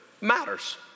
matters